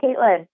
Caitlin